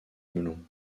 melon